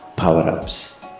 power-ups